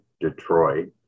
Detroit